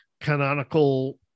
canonical